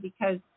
because-